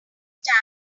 stamp